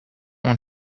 want